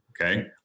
Okay